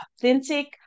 authentic